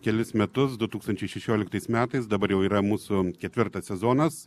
kelis metus du tūkstančiai šešioliktais metais dabar jau yra mūsų ketvirtas sezonas